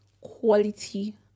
quality